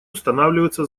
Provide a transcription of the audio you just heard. устанавливаются